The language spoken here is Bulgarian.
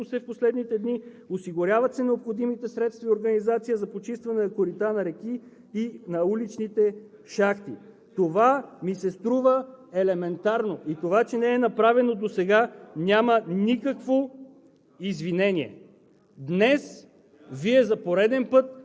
Търси се бърза и пряка отговорност на тези, които са виновни за случилото се в последните дни. Осигуряват се необходимите средства и организация за почистване на корита на реки и на уличните шахти. Това ми се струва елементарно. И това, че не е направено досега, няма никакво